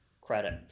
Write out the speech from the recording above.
credit